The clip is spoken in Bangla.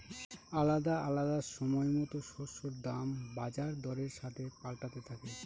আলাদা আলাদা সময়তো শস্যের দাম বাজার দরের সাথে পাল্টাতে থাকে